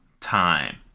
time